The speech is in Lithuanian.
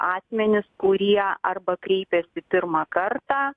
asmenis kurie arba kreipiasi pirmą kartą